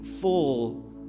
full